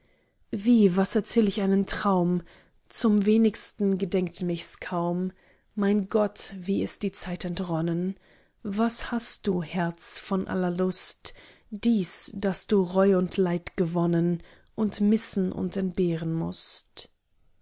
wie was erzähl ich einen traum zum wenigsten gedenkt mich's kaum mein gott wie ist die zeit entronnen was hast du herz von aller lust dies daß du reu und leid gewonnen und missen und entbehren mußt